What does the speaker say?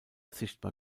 sichtbar